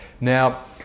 Now